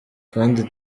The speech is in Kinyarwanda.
kandi